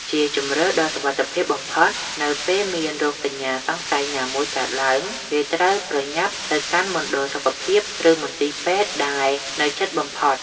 ជាជម្រើសដ៏សុវត្ថិភាពបំផុត នៅពេលមានរោគសញ្ញាសង្ស័យណាមួយកើតឡើង គេត្រូវប្រញាប់ទៅកាន់មណ្ឌលសុខភាព ឬមន្ទីរពេទ្យដែលនៅជិតបំផុត។